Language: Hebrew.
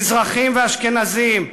מזרחים ואשכנזים,